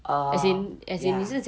err ya